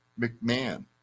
McMahon